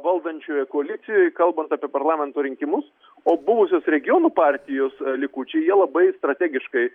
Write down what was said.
valdančioje koalicijoj kalbant apie parlamento rinkimus o buvusios regionų partijos likučiai jie labai strategiškai